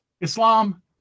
Islam